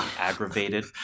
aggravated